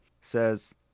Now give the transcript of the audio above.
says